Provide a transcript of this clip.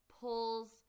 pulls